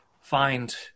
find